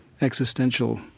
existential